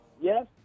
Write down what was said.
yes